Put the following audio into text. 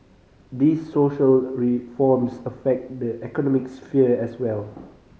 these social reforms affect the economic sphere as well